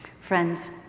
Friends